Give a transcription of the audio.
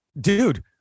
dude